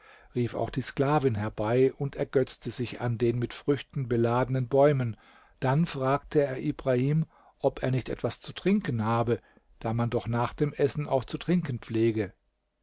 rief auch die sklavin herbei und ergötzte sich an den mit früchten beladenen bäumen dann fragte er ibrahim ob er nicht etwas zu trinken habe da man doch nach dem essen auch zu trinken pflege